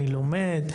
אני לומד.